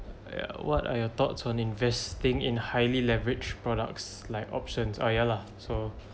yeah what are your thoughts on investing in highly leveraged products like options are ya lah so